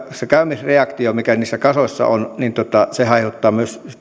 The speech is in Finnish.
se käymisreaktio mikä niissä kasoissa on haihduttaa